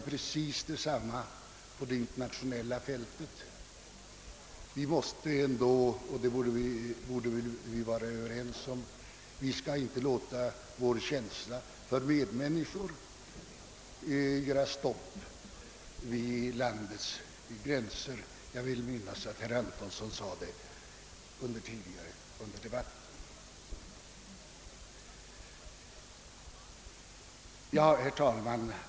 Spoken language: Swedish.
Precis detsamma gäller på det internationella fältet. Vi borde vara överens om att vi inte skall låta vår känsla för medmänniskor göra halt vid landets gränser, vill jag minnas att herr Antonsson sade tidigare under debatten. Herr talman!